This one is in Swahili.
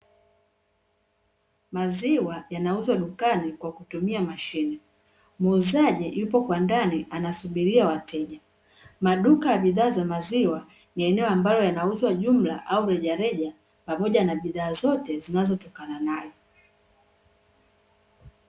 maziwa yanauzwa dukan kutumia mashine muuzaji yupo kwa ndani anasuburia wateja maduka ya bidhaa za maziwa ni eneo ambalo yanauzwa jumla au rejareja pamoja na bidhaa zote zinazo tokana nayo.